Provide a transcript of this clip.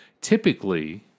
typically